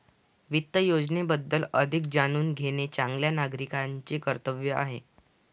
वित्त योजनेबद्दल अधिक जाणून घेणे चांगल्या नागरिकाचे कर्तव्य आहे